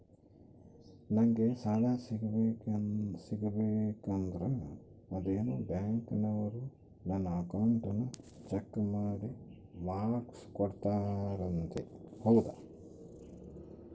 ನಂಗೆ ಸಾಲ ಸಿಗಬೇಕಂದರ ಅದೇನೋ ಬ್ಯಾಂಕನವರು ನನ್ನ ಅಕೌಂಟನ್ನ ಚೆಕ್ ಮಾಡಿ ಮಾರ್ಕ್ಸ್ ಕೋಡ್ತಾರಂತೆ ಹೌದಾ?